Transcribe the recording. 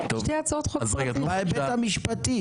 אני